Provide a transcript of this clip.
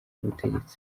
ubutegetsi